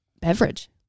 beverage